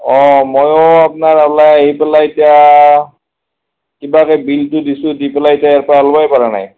অঁ ময়ো আপোনাৰ ওলাই আহি পেলাই এতিয়া কিবাকৈ বিলটো দিছোঁ দি পেলাই এতিয়া ইয়াৰপৰা ওলাবই পৰা নাই